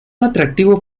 atractivo